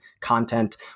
content